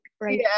right